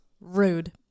Rude